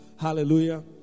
Hallelujah